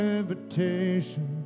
invitation